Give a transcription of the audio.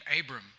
Abram